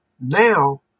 now